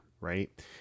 right